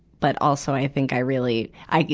but also i think i really, i,